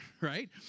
right